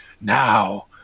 Now